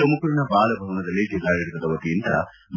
ತುಮಕೂರಿನ ಬಾಲಭವನದಲ್ಲಿ ಜಿಲ್ಲಾಡಳಿತದ ವತಿಯಿಂದ